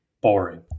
boring